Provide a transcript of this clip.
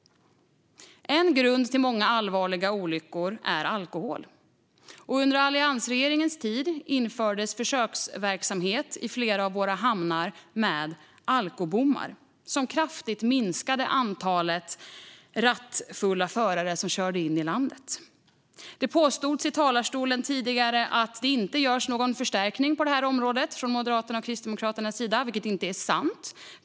En grund till många allvarliga olyckor är alkohol. Under alliansregeringens tid infördes försöksverksamhet i flera av våra hamnar med alkobommar, vilket kraftigt minskade antalet rattfulla förare som körde in i landet. Det påstods i talarstolen tidigare att Moderaterna och Kristdemokraterna inte gör någon förstärkning på det här området, vilket inte är sant.